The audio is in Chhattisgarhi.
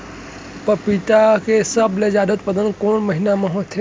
पपीता के सबले जादा उत्पादन कोन महीना में होथे?